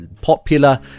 popular